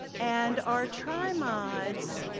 and our try moderators,